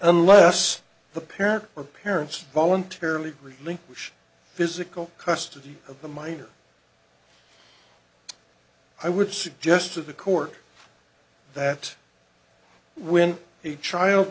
unless the parent or parents voluntarily relinquish physical custody of the minor i would suggest to the court that when a child